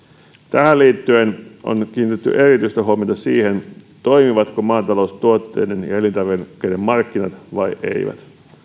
tähän liittyen on nyt kiinnitetty erityistä huomiota siihen toimivatko maataloustuotteiden ja elintarvikkeiden markkinat vai eivät